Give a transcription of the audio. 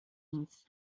means